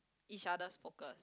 each other's focus